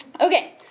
Okay